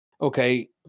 okay